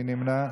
מי נמנע?